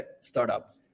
startup